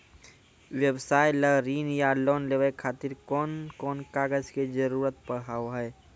व्यवसाय ला ऋण या लोन लेवे खातिर कौन कौन कागज के जरूरत हाव हाय?